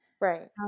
Right